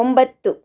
ಒಂಬತ್ತು